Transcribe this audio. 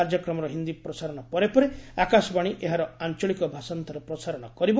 କାର୍ଯ୍ୟକ୍ରମର ହିନ୍ଦୀ ପ୍ରସାରଶ ପରେ ପରେ ଆକାଶବାଣୀ ଏହାର ଆଞ୍ଚଳିକ ଭାଷାନ୍ତର ପ୍ରସାରଣ କରିବ